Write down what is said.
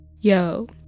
yo